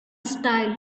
style